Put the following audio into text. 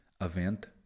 event